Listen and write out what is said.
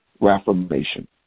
reformation